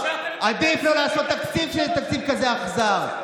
עדיף לא לעשות תקציב כשזה תקציב כזה אכזר.